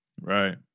Right